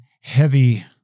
heavy